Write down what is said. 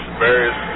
various